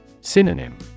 Synonym